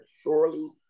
surely